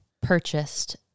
purchased